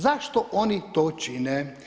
Zašto oni to čine?